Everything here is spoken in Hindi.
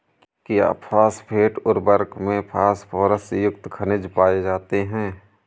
क्या फॉस्फेट उर्वरक में फास्फोरस युक्त खनिज पाए जाते हैं?